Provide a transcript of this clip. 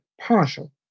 partial